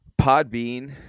Podbean